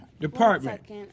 Department